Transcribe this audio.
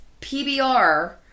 PBR